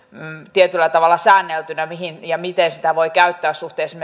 tietyllä tavalla säänneltynä mihin ja miten sitä voi käyttää suhteessa